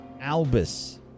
Albus